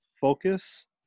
focus